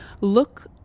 look